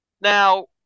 Now